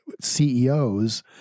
CEOs